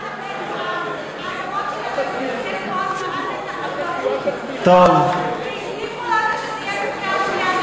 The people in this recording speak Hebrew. האם יש הבטחה שזה ייכנס בקריאה השנייה